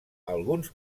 alguns